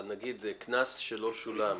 נגיד קנס שלא שולם,